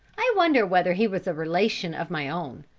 i wonder whether he was a relation of my own,